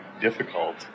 difficult